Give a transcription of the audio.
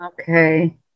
Okay